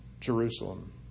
Jerusalem